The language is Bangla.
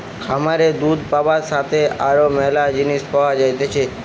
খামারে দুধ পাবার সাথে আরো ম্যালা জিনিস পাওয়া যাইতেছে